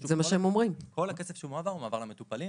חשוב לומר שכל הכסף שמועבר, מועבר למטופלים.